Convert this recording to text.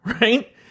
right